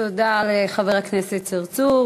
תודה לחבר הכנסת צרצור.